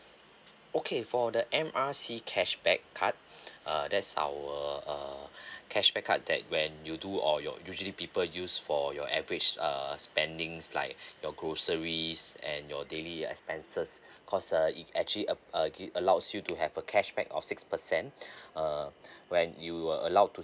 okay for the M R C cashback card uh that's our uh cashback card that when you do or you usually people use for your average err spendings like your groceries and your daily expenses cause uh it actually uh uh it allows you to have a cashback or six percent err when you were allowed to